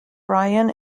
bryan